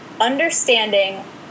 understanding